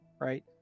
Right